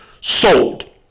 Sold